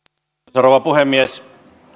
rouva puhemies